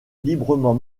librement